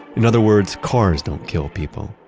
in other words, cars don't kill people.